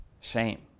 shame